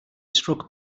struck